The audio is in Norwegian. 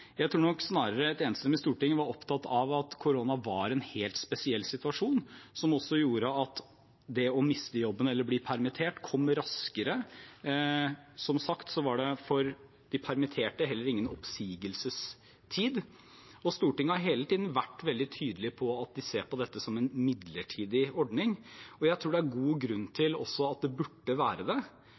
Jeg tror snarere at det et enstemmig storting var opptatt av, var at korona var en helt spesiell situasjon, som også gjorde at det å miste jobben eller bli permittert, kom raskere. Som sagt var det heller ikke noen oppsigelsestid for de permitterte. Stortinget har hele tiden vært veldig tydelig på at man ser på dette som en midlertidig ordning. Jeg tror det er god grunn til at det burde være det,